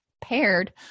paired